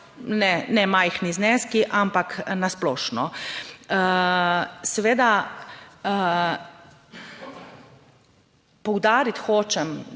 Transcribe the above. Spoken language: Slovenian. ne majhni zneski, ampak na splošno. Seveda, poudariti hočem,